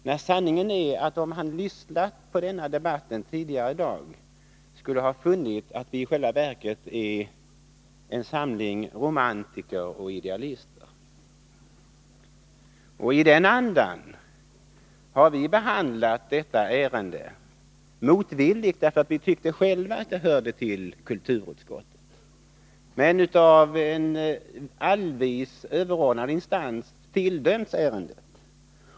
Om han hade lyssnat till debatten tidigare i dag, skulle han ha funnit att vi i själva verket är en samling romantiker och idealister, och i den andan har vi behandlat detta ärende. Vi har behandlat det motvilligt, därför att vi tyckte själva att det hörde till kulturutskottet men av en allvis överordnad instans tilldömts trafikutskottet.